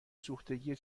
سوختگی